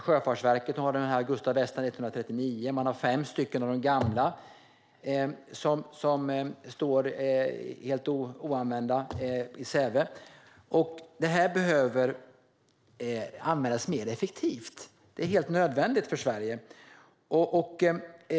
Sjöfartsverket har Agusta Westland AW139, och 5 av de gamla står helt oanvända i Säve. Detta behöver användas mer effektivt; det är nödvändigt för Sverige.